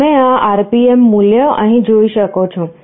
તમે આ RPM મૂલ્ય અહીં જોઈ શકો છો